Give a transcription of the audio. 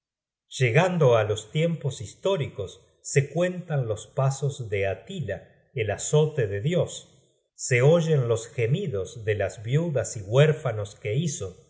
llegando á los tiempos históricos se cuentan los pasos de atila el azote de dios se oyen los ge content from google book search generated at midos de las viudas y huérfanos que hizo